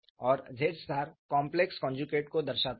और z complex conjugate को दर्शाता है